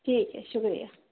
ٹھیک ہے شکریہ